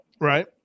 Right